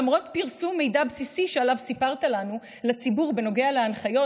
למרות פרסום מידע בסיסי לציבור בנוגע להנחיות,